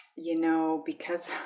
you know because